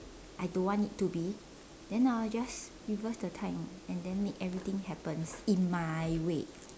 I don't want it to be then I'll just reverse the time and then make everything happen in my way